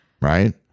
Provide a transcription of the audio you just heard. Right